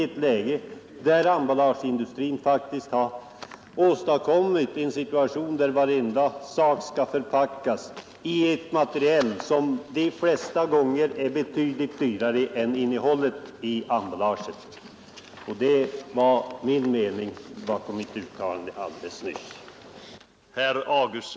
Emballageindustrin har faktiskt åstadkommit en situation, där varenda vara skall förpackas i ett material som de flesta gånger är betydligt dyrare än själva innehållet i emballaget. — Detta var meningen bakom mitt uttalande alldeles nyss.